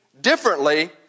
differently